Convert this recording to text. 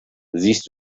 siehst